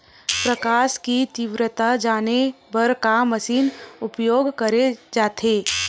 प्रकाश कि तीव्रता जाने बर का मशीन उपयोग करे जाथे?